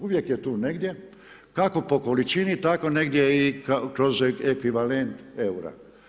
Uvijek je tu negdje, kako po količini, tako negdje i kroz ekvivalent eura.